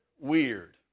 weird